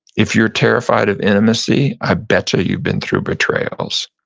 if you're terrified of intimacy, i bet you you've been through betrayals.